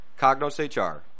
CognosHR